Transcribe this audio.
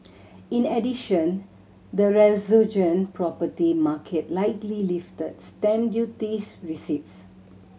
in addition the resurgent property market likely lifted stamp duties receipts